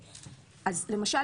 למשל,